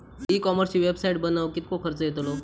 E कॉमर्सची website बनवक किततो खर्च येतलो?